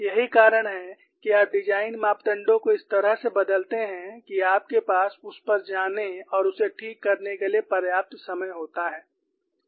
यही कारण है कि आप डिजाइन मापदंडों को इस तरह से बदलते हैं कि आपके पास उस पर जाने और उसे ठीक करने के लिए पर्याप्त समय होता है